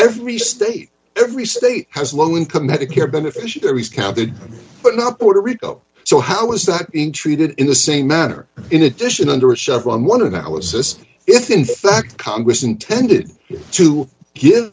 every state every state has low income medicare beneficiaries counted but not puerto rico so how was that in treated in the same manner in addition under a shell from one of the assist if in fact congress intended to give